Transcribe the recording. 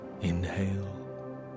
inhale